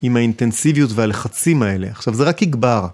עם האינטנסיביות והלחצים האלה, עכשיו זה רק יגבר.